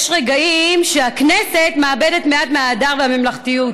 יש רגעים שהכנסת מאבדת מעט מההדר והממלכתיות.